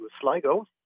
Sligo